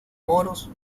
moros